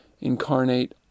incarnate